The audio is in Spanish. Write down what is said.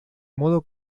modo